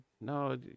no